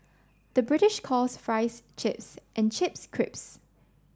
the British calls fries chips and chips crisps